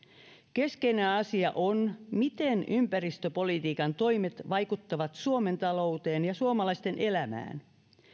keskeinen asia on miten ympäristöpolitiikan toimet vaikuttavat suomen talouteen ja suomalaisten elämään